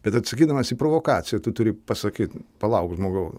bet atsakydamas į provokaciją tu turi pasakyti palauk žmogau